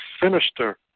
sinister